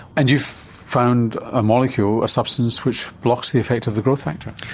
and you've found a molecule, a substance which blocks the effect of the growth factor?